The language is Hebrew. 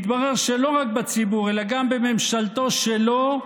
מתברר שלא רק בציבור אלא גם בממשלתו שלו,